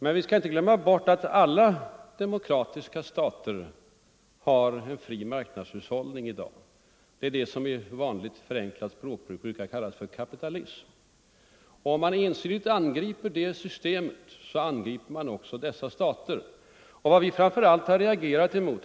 Men vi får inte glömma bort att alla demokratiska stater i dag har en fri marknadshushållning, det som med vanligt förenklat språkbruk brukar kallas för kapitalism. Om man ensidigt angriper det systemet angriper man också demokratier som företräder det systemet.